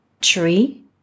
tree